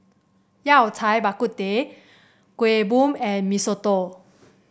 Yao Cai Bak Kut Teh Kuih Bom and Mee Soto